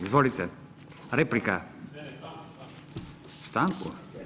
Izvolite, replika. … [[Upadica se ne razumije.]] Stanku?